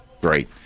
great